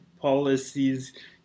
policies